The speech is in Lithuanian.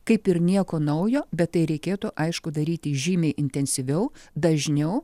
kaip ir nieko naujo bet tai reikėtų aišku daryti žymiai intensyviau dažniau